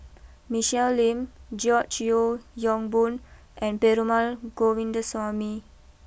Michelle Lim George Yeo Yong Boon and Perumal Govindaswamy